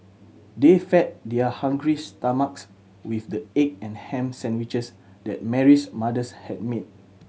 they fed their hungry stomachs with the egg and ham sandwiches that Mary's mothers had made